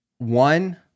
One